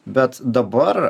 bet dabar